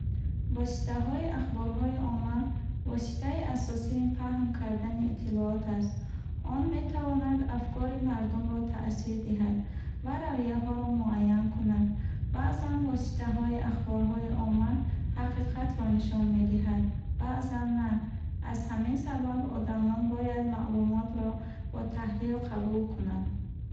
Воситаҳои ахборҳои омма воситаи асосии паҳн кардани иттилоот аст. Он метавонад афкори мардумро таъсир диҳад ва равияҳоро муайян кунад. Баъзан воситаҳои ахборҳои омма ҳақиқатро нишон медиҳад, баъзан на. Аз ҳамин сабаб одамон бояд маълумотро бо таҳлил қабул кунанд.